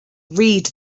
read